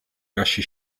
gasi